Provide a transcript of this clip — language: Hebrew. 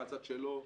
מהצד שלו,